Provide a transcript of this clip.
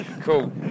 Cool